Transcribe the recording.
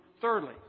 Thirdly